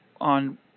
on